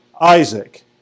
Isaac